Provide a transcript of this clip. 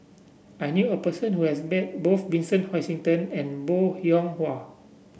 I knew a person who has met both Vincent Hoisington and Bong Hiong Hwa